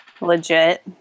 legit